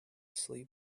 sleep